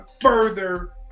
further